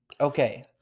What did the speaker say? Okay